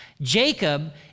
Jacob